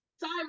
time